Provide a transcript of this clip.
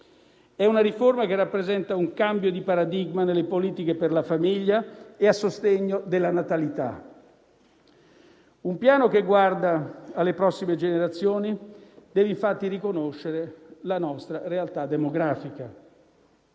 È una riforma che rappresenta un cambio di paradigma nelle politiche per la famiglia e a sostegno della natalità. Un Piano che guarda alle prossime generazioni deve infatti riconoscere la nostra realtà demografica.